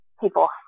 people